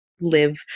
live